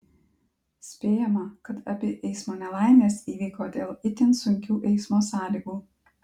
spėjama kad abi eismo nelaimės įvyko dėl itin sunkių eismo sąlygų